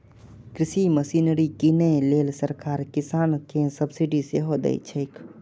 कृषि मशीनरी कीनै लेल सरकार किसान कें सब्सिडी सेहो दैत छैक